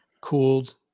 cooled